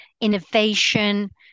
innovation